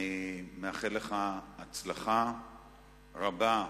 אני מאחל לך הצלחה רבה.